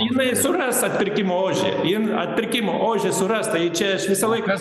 jinai suras atpirkimo ožį jin atpirkimo ožį suras tai čia aš visą laiką